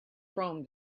chrome